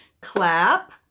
clap